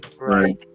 Right